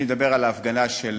אני מדבר על ההפגנה של